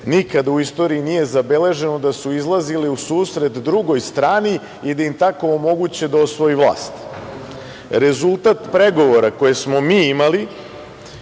nikad u istoriji nije zabeleženo da su izlazili u susret drugoj strani i da im tako omoguće da osvoje vlast. Rezultat pregovora koje smo mi imali